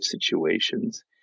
situations